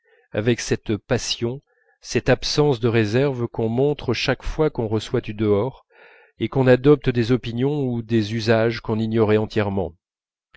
avec cette passion cette absence de réserve qu'on montre chaque fois qu'on reçoit du dehors et qu'on adopte des opinions ou des usages qu'on ignorait entièrement